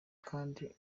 kandi